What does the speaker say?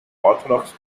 orthodox